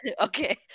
Okay